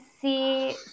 see